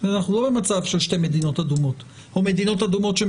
אנחנו לא במצב שיש שתי מדינות אדומות מהן